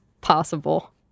possible